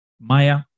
maya